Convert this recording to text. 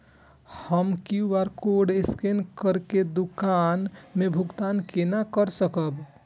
हम QR code scan करके दुकान में भुगतान केना कर सकब?